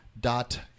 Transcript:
dot